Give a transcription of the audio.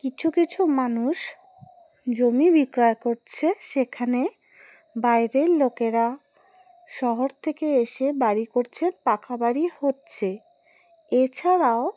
কিছু কিছু মানুষ জমি বিক্রয় করছে সেখানে বাইরের লোকেরা শহর থেকে এসে বাড়ি করছে পাকা বাাড়ি হচ্ছে এছাড়াও